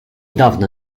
dawno